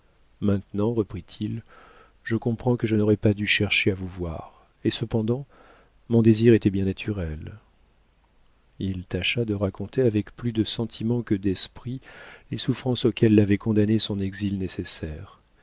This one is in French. maintenant reprit-il je comprends que je n'aurais pas dû chercher à vous voir et cependant mon désir était bien naturel il tâcha de raconter avec plus de sentiment que d'esprit les souffrances auxquelles l'avait condamné son exil nécessaire